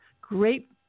great